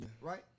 right